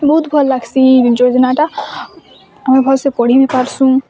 ବହୁତ ଭଲ ଲାଗସି ଏଇ ଯୋଜନାଟା ଆମେ ଭଲସେ ବି ପଢ଼ିବି ପାରସୁଁ